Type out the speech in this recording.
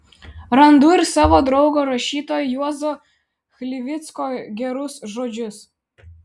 randu ir savo draugo rašytojo juozo chlivicko gerus žodžius